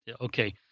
okay